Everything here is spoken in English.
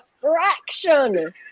fraction